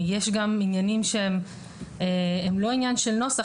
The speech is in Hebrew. יש גם עניינים שהם לא עניין של נוסח.